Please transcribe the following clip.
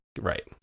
Right